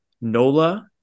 Nola